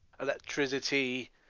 electricity